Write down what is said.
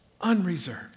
unreserved